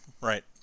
right